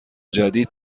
جدید